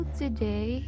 today